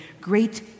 great